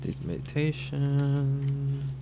meditation